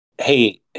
Hey